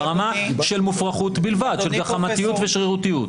ברמה של מופרכות בלבד, שזה שרירותיות.